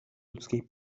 ludzkiej